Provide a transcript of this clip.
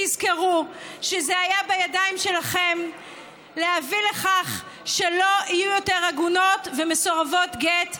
תזכרו שזה היה בידיים שלכם להביא לכך שלא יהיו יותר עגונות ומסורבות גט,